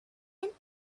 able